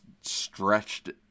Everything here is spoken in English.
stretched